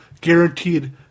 guaranteed